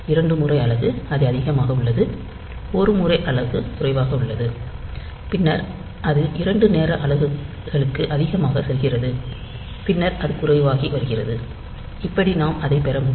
இரண்டு முறை அலகு அது அதிகமாக உள்ளது ஒரு முறை அலகு குறைவாக உள்ளது பின்னர் அது இரண்டு நேர அலகுகளுக்கு அதிகமாக செல்கிறது பின்னர் அது குறைவாகி வருகிறது இப்படி நாம் அதைப் பெற முடியும்